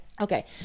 Okay